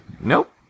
nope